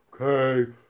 Okay